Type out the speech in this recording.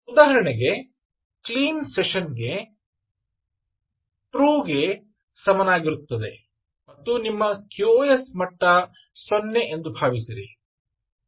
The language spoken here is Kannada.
ಉದಾಹರಣೆಗೆ ಕ್ಲೀನ್ ಸೆಷನ್ ಗೆ True ಕ್ಕೆ ಸಮನಾಗಿರುತ್ತದೆ ಮತ್ತು ನಿಮ್ಮ QoS ಮಟ್ಟ 0 ಎಂದು ಭಾವಿಸಿರಿ